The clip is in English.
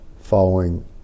following